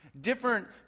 Different